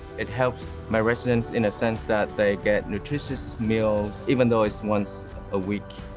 it helps my residents in a sense that they get nutritious meal even though it's once a week.